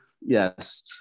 Yes